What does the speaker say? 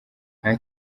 nta